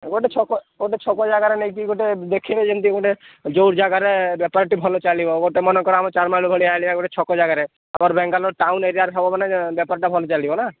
ଗୋଟେ ଛକ ଗୋଟେ ଛକ ଜାଗାରେ ନେଇକି ଗୋଟେ ଦେଖିବେ ଯେମିତି ଗୋଟେ ଯେଉଁଠି ଜାଗାରେ ବେପାରଟି ଭଲ ଚାଲିବ ଆମ ଚାରମାଲ ଭଳିଆ ଗୋଟେ ଛକ ଜାଗାରେ ଆର ବାଙ୍ଗାଲୋର ଟାଉନ୍ ଏରିଆରେ ହବ ବେପାରଟା ଭଲ ଚାଲିବ ନା